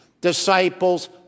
disciples